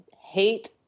hate